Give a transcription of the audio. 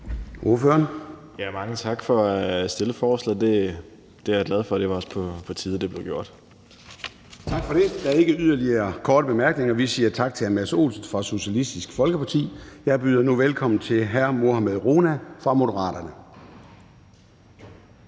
(SF): Mange tak for at fremsætte forslaget. Det er jeg glad for, og det var også på tide, at det blev gjort. Kl. 14:30 Formanden (Søren Gade): Tak for det. Der er ikke yderligere korte bemærkninger. Vi siger tak til hr. Mads Olsen fra Socialistisk Folkeparti. Jeg byder nu velkommen til hr. Mohammad Rona fra Moderaterne.